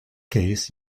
case